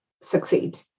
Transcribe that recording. succeed